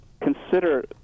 consider